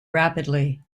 rapidly